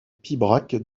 pibrac